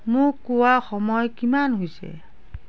মোক কোৱা সময় কিমান হৈছে